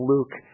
Luke